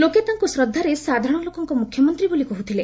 ଲୋକେ ତାଙ୍କୁ ଶ୍ରଦ୍ଧାରେ ସାଧାରଣ ଲୋକଙ୍କ ମୁଖ୍ୟମନ୍ତ୍ରୀ ବୋଲି କହୁଥିଲେ